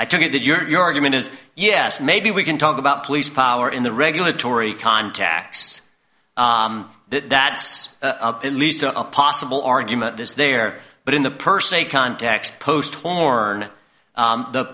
i took it that your your argument is yes maybe we can talk about police power in the regulatory contacts that that's up at least to a possible argument is there but in the per se context post horn the